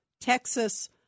Texas